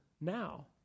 now